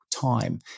time